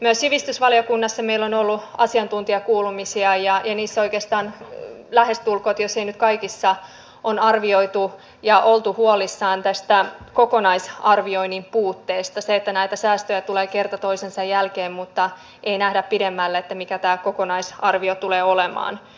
myös sivistysvaliokunnassa meillä on ollut asiantuntijakuulemisia ja niissä oikeastaan lähestulkoon kaikissa jos ei nyt kaikissa on oltu huolissaan tästä kokonaisarvioinnin puutteesta siitä että näitä säästöjä tulee kerta toisensa jälkeen mutta ei nähdä pidemmälle että mikä tämä kokonaisarvio tulee olemaan